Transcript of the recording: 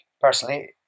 personally